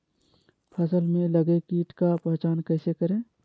फ़सल में लगे किट का पहचान कैसे करे?